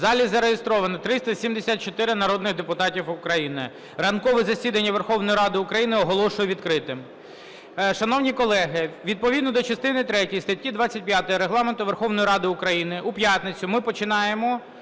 В залі зареєстровано 374 народних депутати України. Ранкове засідання Верховної Ради України оголошую відкритим. Шановні колеги, відповідно до частини третьої статті 25 Регламенту Верховної Ради України у п'ятницю ми починаємо,